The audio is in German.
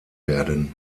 werden